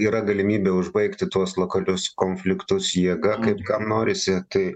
yra galimybė užbaigti tuos lokalius konfliktus jėga kaip kam norisi tai